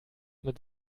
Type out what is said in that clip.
mit